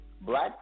black